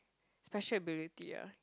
special ability ah